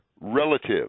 relative